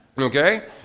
Okay